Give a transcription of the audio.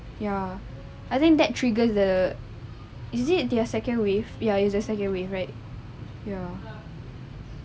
ya I think that triggers the is it their second wave ya is a second wave right ya